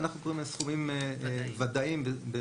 ואנחנו קוראים להם "סכומים ודאיים" כי